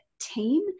team